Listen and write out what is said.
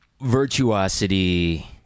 virtuosity